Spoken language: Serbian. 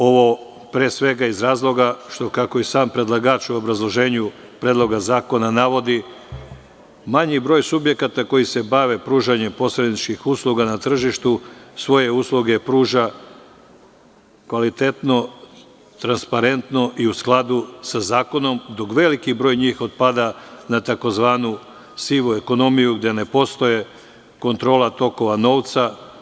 Ovo pre svega iz razloga što, kako je i sam predlagač u obrazloženju Predloga zakona naveo, manji broj subjekata koji se bave pružanjem posredničkih usluga na tržištu svoje usluge pruža kvalitetno, transparentno i u skladu sa Zakonom, dok veliki broj njih otpada na tzv. sivu ekonomiju, gde ne postoji kontrola tokova novca.